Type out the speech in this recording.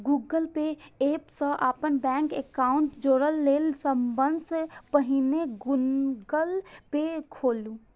Google Pay app सं अपन bank account जोड़य लेल सबसं पहिने गूगल पे खोलू